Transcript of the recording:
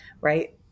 right